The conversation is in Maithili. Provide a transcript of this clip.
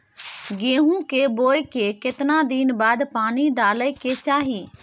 गेहूं के बोय के केतना दिन बाद पानी डालय के चाही?